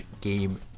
game